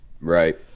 Right